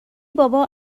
بابا